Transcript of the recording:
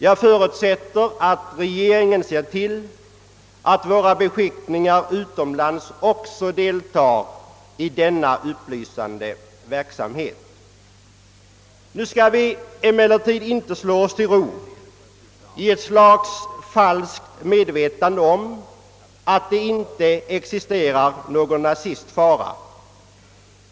Jag förutsätter att regeringen ser till att också våra beskickningar utomlands deltar i denna upplysande verksamhet. Nu skall vi emellertid inte slå oss till ro i något slags falskt medvetande om att det inte existerar en nazistfara.